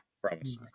Promise